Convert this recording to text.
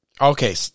Okay